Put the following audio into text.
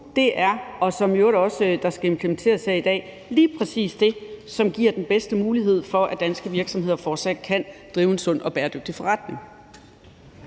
på nu, og som i øvrigt også skal implementeres her i dag, er lige præcis det, som giver den bedste mulighed for, at danske virksomheder fortsat kan drive en sund og bæredygtig forretning.